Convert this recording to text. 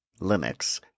Linux